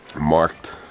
marked